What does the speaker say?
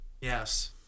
Yes